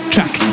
Track